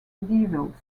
devils